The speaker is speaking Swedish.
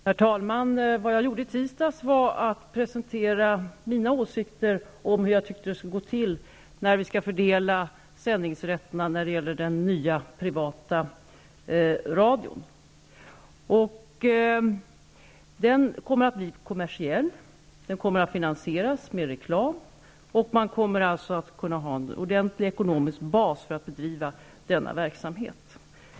Herr talman! Vad jag gjorde i tisdags var att presentera mina åsikter om hur jag tycker att det skall gå till när vi skall fördela sändningsrättigheterna i den nya privata radion. Den kommer att bli kommersiell och finansieras med reklam. Man kommer alltså att kunna ha en ordentlig ekonomisk bas för att bedriva denna verksamhet.